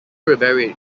reburied